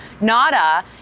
Nada